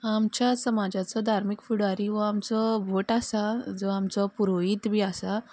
आमच्या समाजाचो धार्मीक फुडारी हो आमचो भट आसा जो आमचो पुरोहीत बी आसा